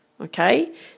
Okay